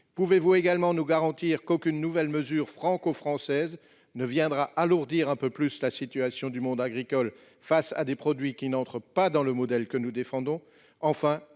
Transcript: Pourriez-vous également nous garantir qu'aucune nouvelle mesure franco-française ne viendra alourdir un peu plus la situation du monde agricole confronté à des produits qui ne respectent pas le modèle que nous défendons ?